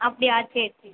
அப்படியா சரி சரி